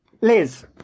Liz